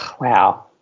Wow